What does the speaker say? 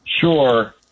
Sure